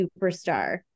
superstar